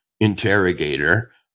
interrogator